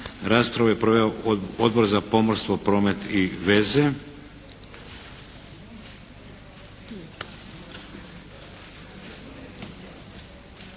Raspravu je proveo Odbor za pomorstvo, promet i veze.